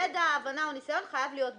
ידע, הבנה או ניסיון חייב להיות בקוורום.